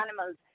animals